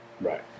right